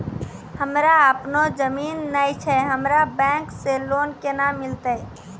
हमरा आपनौ जमीन नैय छै हमरा बैंक से लोन केना मिलतै?